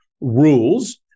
rules